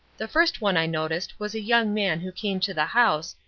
the first one i noticed was a young man who came to the house,